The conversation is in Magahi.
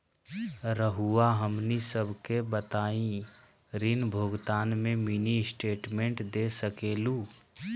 रहुआ हमनी सबके बताइं ऋण भुगतान में मिनी स्टेटमेंट दे सकेलू?